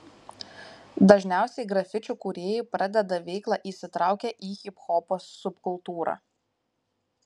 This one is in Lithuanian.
dažniausiai grafičių kūrėjai pradeda veiklą įsitraukę į hiphopo subkultūrą